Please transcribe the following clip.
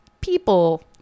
people